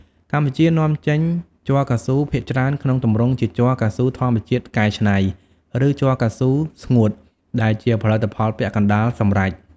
កម្ពុជានាំចេញជ័រកៅស៊ូភាគច្រើនក្នុងទម្រង់ជាជ័រកៅស៊ូធម្មជាតិកែច្នៃ ឬ ជ័រកៅស៊ូស្ងួត ដែលជាផលិតផលពាក់កណ្តាលសម្រេច។